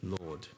Lord